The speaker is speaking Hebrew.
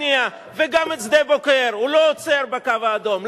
דגניה וגם את שדה-בוקר, הוא לא עוצר בקו האדום.